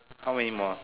how many more